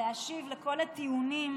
להשיב על כל הטיעונים